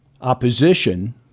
opposition